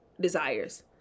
desires